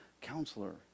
counselor